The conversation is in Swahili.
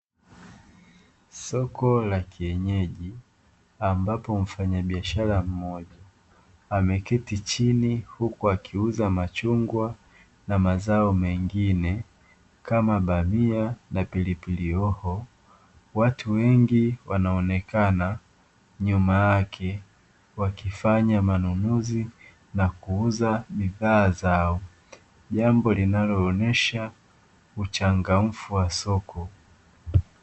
Soko la kienyeji, ambapo mfanyabiashara mmoja ameketi chini huku akiuza machungwa na mazao mengine kama bamia na pilipili hoho. Watu wengi wanaonekana nyuma yake, wakifanya manunuzi na kuuza bidhaa zao, jambo linaloonesha uchangamfu wa soko.